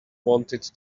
wanted